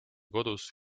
kodus